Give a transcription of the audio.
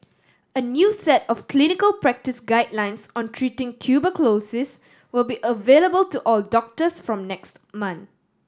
a new set of clinical practice guidelines on treating tuberculosis will be available to all doctors from next month